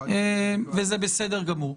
וזה בסדר גמור.